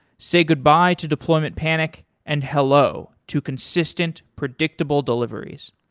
say goodbye to deployment panic and hello to consistent, predictable deliveries.